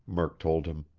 murk told him.